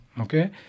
Okay